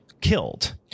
killed